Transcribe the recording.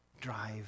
drive